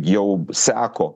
jau seko